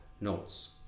notes